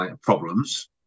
problems